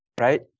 right